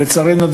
לצערנו,